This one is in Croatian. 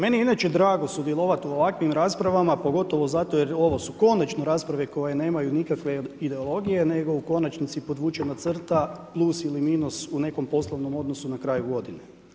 Meni je inače drago sudjelovati u ovakvim raspravama pogotovo zato jer ovo su konačno rasprave koje nemaju nikakve ideologije nego u konačnici podvučena crta, plus ili minus u nekom poslovnom odnosu na kraju godine.